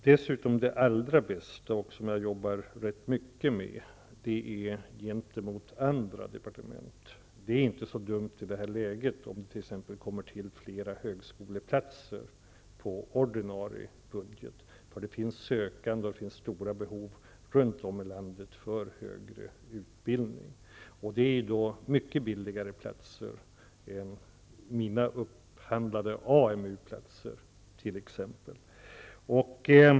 Herr talman! Jo. Det allra bästa -- det jobbar jag rätt mycket med -- är att hävda arbetsmarknadspolitikens intressen gentemot andra departement. Det är inte så dumt om det i det här läget exempelvis tillkommer fler högskoleplatser på ordinarie budget; det finns sökande, och det finns runt om i landet stora behov av högre utbildning. De är mycket billigare än t.ex.